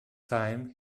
time